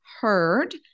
heard